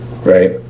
Right